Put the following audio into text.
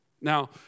Now